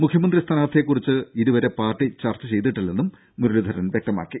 മുഖ്യമന്ത്രി സ്ഥാനാർത്ഥിയെക്കുറിച്ച് ഇതുവരെ പാർട്ടി ചർച്ചചെയ്തിട്ടില്ലെന്നും മുരളീധരൻ വ്യക്തമാക്കി